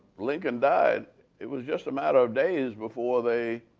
lincoln died it was just a matter of days before they